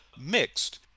mixed